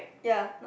ya not